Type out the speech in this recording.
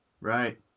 Right